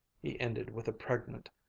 he ended with a pregnant,